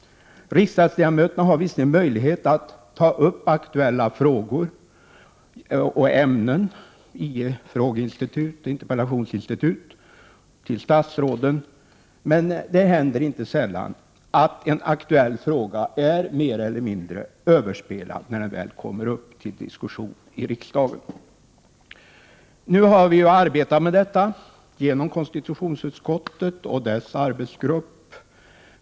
Riksdagsledamöterna har visserligen möjlighet att ta upp aktuella ämnen genom frågor och interpellationer till statsråden, men det händer inte sällan att en aktuell fråga är mer eller mindre överspelad när den väl kommer upp till diskussion i riksdagen. Vi har nu arbetat med dessa frågor i konstitutionsutskottet och dess arbetsgrupp.